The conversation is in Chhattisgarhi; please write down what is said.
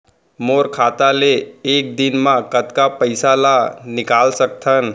मोर खाता ले एक दिन म कतका पइसा ल निकल सकथन?